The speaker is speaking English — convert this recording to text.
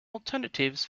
alternatives